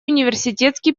университетский